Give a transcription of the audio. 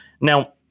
Now